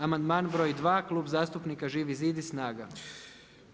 Amandman br. 2., Klub zastupnika Živi zid i SNAGA-e.